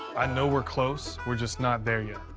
i know we're close. we're just not there yet.